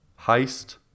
Heist